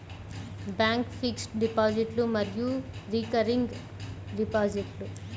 bank fixed డిపాజిట్లు మరియు recurring డిపాజిట్లు